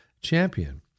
champion